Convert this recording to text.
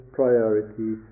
priority